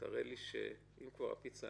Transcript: שהפיצה